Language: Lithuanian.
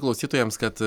klausytojams kad